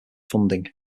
funding